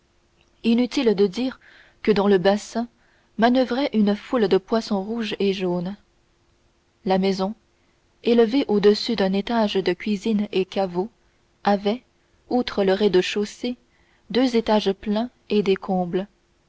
inutile de dire que dans le bassin manoeuvraient une foule de poissons rouges et jaunes la maison élevée au-dessus d'un étage de cuisines et caveaux avait outre le rez-de-chaussée deux étages pleins et des combles